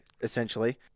essentially